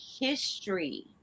history